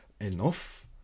enough